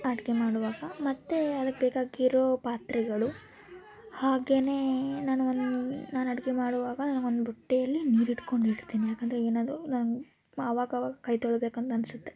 ಅಡುಗೆ ಮಾಡುವಾಗ ಮತ್ತು ಅದಕ್ಕೆ ಬೇಕಾಗಿರೋ ಪಾತ್ರೆಗಳು ಹಾಗೆಯೇ ನಾನು ಒಂದು ನಾನು ಅಡುಗೆ ಮಾಡುವಾಗ ಒಂದು ಬುಟ್ಟಿಯಲ್ಲಿ ನೀರು ಇಟ್ಟುಕೊಂಡಿರ್ತೀನಿ ಯಾಕಂದರೆ ಏನಾದರೂ ನಂಗೆ ಆವಾಗಾವಾಗ ಕೈ ತೊಳೀಬೇಕಂತ ಅನಿಸುತ್ತೆ